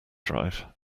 drive